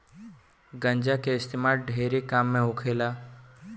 गांजा के इस्तेमाल ढेरे काम मे होखेला